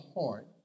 heart